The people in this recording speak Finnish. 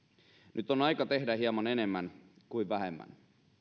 nyt on aika tehdä hieman enemmän kuin vähemmän